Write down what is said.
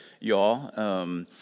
y'all